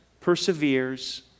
perseveres